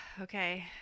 okay